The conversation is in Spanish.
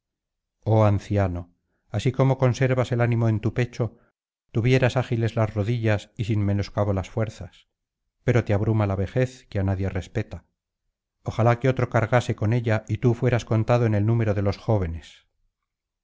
oh anciano así como conservas el ánimo en tu pecho tuvieras ágiles las rodillas y sin menoscabo las fuerzas pero te abruma la vejez que á nadie respeta ojalá que otro cargase con ella y tú fueras contado en el número de los jóvenes